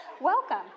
Welcome